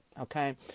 okay